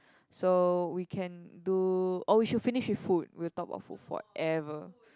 so we can do oh we should finish with food we'll talk about food forever